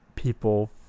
people